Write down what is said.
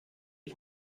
ich